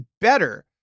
better